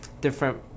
different